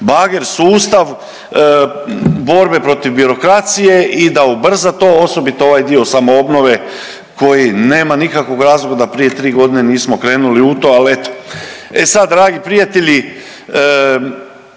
bager sustav borbe protiv birokracije i da ubrza to, osobito ovaj dio samoobnove koji nema nikakvog razloga da prije tri godine nismo krenuli u to, ali eto. E sad dragi prijatelji,